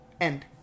End